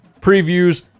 previews